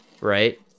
right